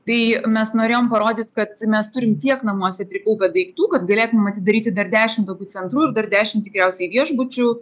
tai mes norėjom parodyt kad mes turim tiek namuose prikaupę daiktų kad galėtume atidaryti dar dešimt tokių centrų ir dar dešimt tikriausiai viešbučių